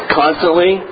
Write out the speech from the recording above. constantly